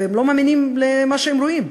והם לא מאמינים למה שהם רואים.